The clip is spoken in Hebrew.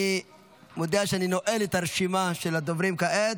אני מודיע שאני נועל את רשימת הדוברים כעת.